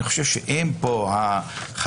אני חושב שאם כאן החייב